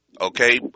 okay